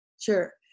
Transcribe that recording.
Sure